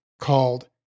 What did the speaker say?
called